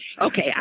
Okay